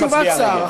אבל יש תשובת שר.